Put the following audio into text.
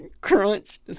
crunch